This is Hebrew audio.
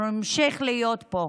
אנחנו נמשיך להיות פה.